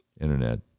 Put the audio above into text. internet